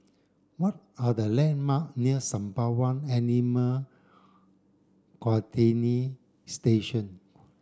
what are the landmark near Sembawang Animal Station